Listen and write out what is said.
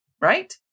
right